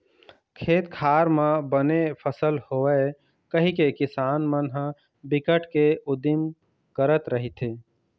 खेत खार म बने फसल होवय कहिके किसान मन ह बिकट के उदिम करत रहिथे